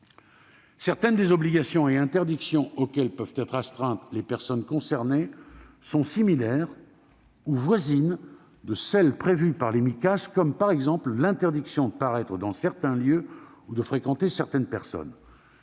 certaines des obligations et interdictions auxquelles peuvent être astreintes les personnes concernées sont similaires ou voisines de celles qui sont prévues par les Micas, comme l'interdiction de paraître dans certains lieux ou de fréquenter certaines personnes.